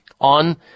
on